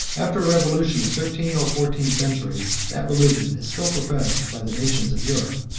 after a revolution of thirteen or fourteen centuries, that religion is still professed by the nations of europe,